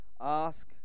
Ask